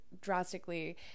drastically